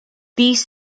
these